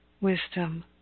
wisdom